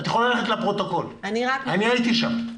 את יכולה ללכת לפרוטוקול, אני הייתי שם.